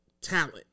talent